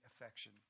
affection